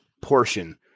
portion